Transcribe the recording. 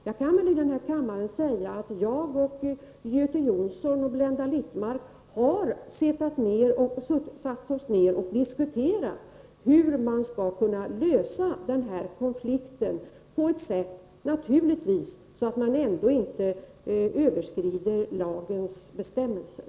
Jag kan i den här kammaren säga att jag, Göte Jonsson och Blenda Littmarck har suttit och diskuterat hur man skall kunna lösa den här konflikten — naturligtvis på ett sådant sätt att man inte överskrider lagens bestämmelser.